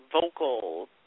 vocal